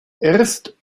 erst